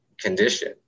condition